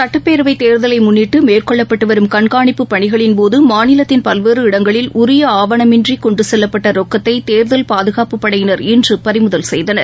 சட்டப்பேரவைத் தேர்தலைமுன்னிட்டு மேற்கொள்ளப்பட்டுவரும் கண்காணிப்பு பணிகளின்போதமாநிலத்தின் பல்வேறு இடங்களில் உரிய ஆவணமின்றிகொண்டுசெல்லப்பட்டரொக்கத்தைதேர்தல் பாதுகாப்புப்படையினர் இன்றுபறிமுதல் செய்தனர்